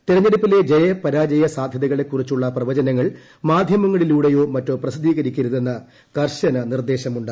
്തെരെഞ്ഞെടുപ്പിലെ ജയപരാജയ സാധ്യതകളെ കുറിച്ചുള്ള് പ്രവചനങ്ങൾ മാധ്യമങ്ങളിലൂടെയോ മറ്റോ പ്രസിദ്ധീകരിക്കരുതെന്ന് കർശന നിർദ്ദേശമുണ്ട്